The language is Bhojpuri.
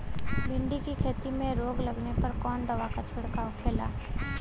भिंडी की खेती में रोग लगने पर कौन दवा के छिड़काव खेला?